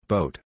Boat